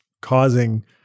causing